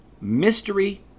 mystery